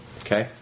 Okay